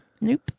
Nope